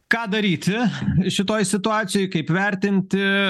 ką daryti šitoj situacijoj kaip vertinti